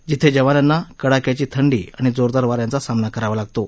जिथे जवानांना कडाक्याची थंडी आणि जोरदार वाऱ्यांचा सामना करावा लागतो